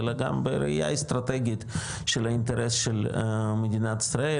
אלא גם בראייה אסטרטגית של האינטרס של מדינת ישראל,